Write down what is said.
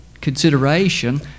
consideration